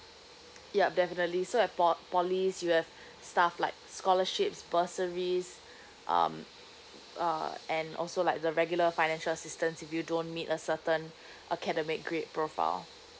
yup definitely so at pol~ polys you have stuff like scholarships bursaries um uh and also like the regular financial assistance if you don't meet a certain academic grade profile